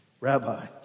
Rabbi